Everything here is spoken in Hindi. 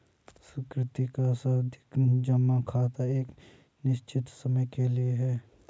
सुकृति का सावधि जमा खाता एक निश्चित समय के लिए है